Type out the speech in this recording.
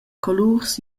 colurs